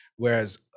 Whereas